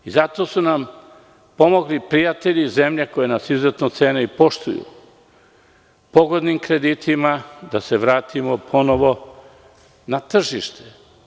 Zato su nam pomogli prijatelji iz zemalja koje nas izuzetno cene i poštuju, povoljnim kreditima da se vratimo ponovo na tržište.